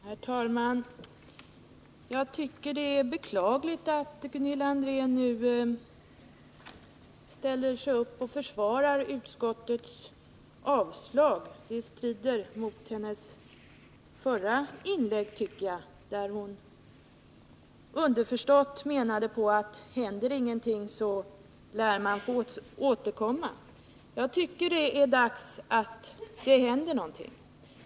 Herr talman! Jag tycker att det är beklagligt att Gunilla André nu ställer sig upp och försvarar utskottets avstyrkande av motionen. Det strider mot hennes förra inlägg, där hon underförstått menade att om det inte händer någonting så lär man få återkomma. Jag tycker att det är dags att det händer någonting.